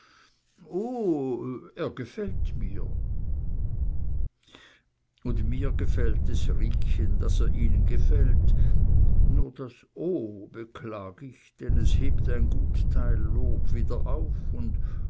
er gefällt mir und mir gefällt es riekchen daß er ihnen gefällt nur das o beklag ich denn es hebt ein gut teil lob wieder auf und